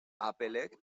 applek